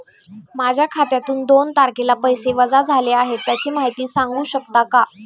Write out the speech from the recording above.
माझ्या खात्यातून दोन तारखेला पैसे वजा झाले आहेत त्याची माहिती सांगू शकता का?